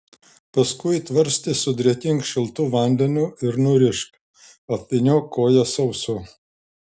paskui tvarstį sudrėkink šiltu vandeniu ir nurišk apvyniok koją sausu